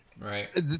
Right